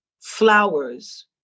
flowers